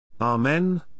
Amen